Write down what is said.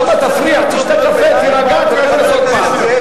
שם תפריע, תשתה קפה, תירגע, תיכנס עוד פעם.